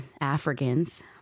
Africans